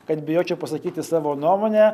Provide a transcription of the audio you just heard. kad bijočiau pasakyti savo nuomonę